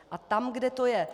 A tam, kde to je...